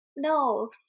no